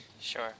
sure